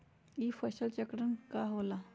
ई फसल चक्रण का होला?